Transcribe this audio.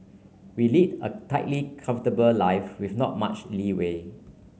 we lead a tightly comfortable life with not much leeway